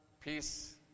peace